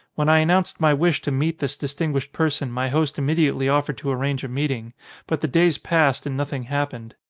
when i announced my wish to meet this dis tinguished person my host immediately offered to arrange a meeting but the days passed and nothing happened.